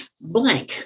Blank